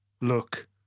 look